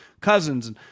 Cousins